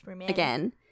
again